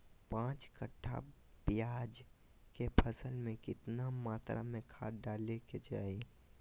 पांच कट्ठा प्याज के फसल में कितना मात्रा में खाद डाले के चाही?